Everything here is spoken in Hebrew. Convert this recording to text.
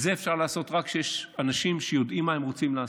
את זה אפשר לעשות רק כשיש אנשים שיודעים מה הם רוצים לעשות,